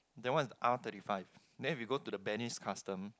the one is R thirty five then we go to the Benny's custom